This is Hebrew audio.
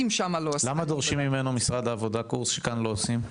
למה דורשים ממנו משרד העבודה קורס שאפילו כאן לא עושים?